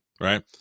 right